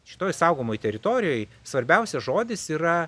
šitoj saugomoj teritorijoj svarbiausias žodis yra